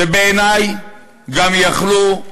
שבעיני גם יכלו,